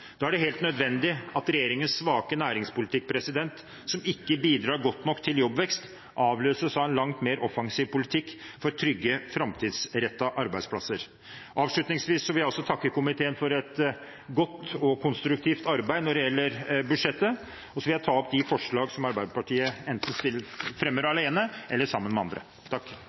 Da er det helt nødvendig at regjeringens svake næringspolitikk, som ikke bidrar godt nok til jobbvekst, avløses av en langt mer offensiv politikk for trygge, framtidsrettede arbeidsplasser. Avslutningsvis vil jeg også takke komiteen for et godt og konstruktivt arbeid når det gjelder budsjettet, og så vil jeg ta opp forslaget fra Arbeiderpartiet. Representanten Terje Aasland har tatt opp det forslaget han refererte til. Det blir replikkordskifte. Arbeiderpartiet har en merknad hvor de